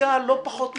בחקיקה לא פחות מורכבת.